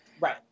Right